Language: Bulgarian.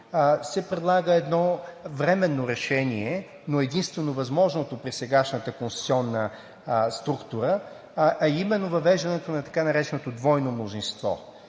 се предлага едно временно решение, но единствено възможното при сегашната конституционна структура, а именно въвеждането на така нареченото двойно мнозинство.